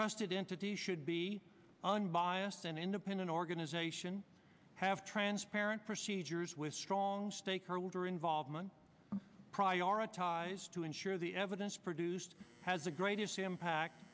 trusted into the should be unbiased and independent organization have transparent procedures with strong stakeholder involvement prioritize to ensure the evidence produced has the greatest impact